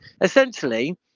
Essentially